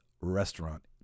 Restaurant